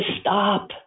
stop